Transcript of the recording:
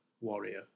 warrior